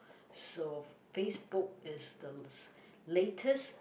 so Facebook is the s~ latest